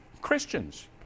Christians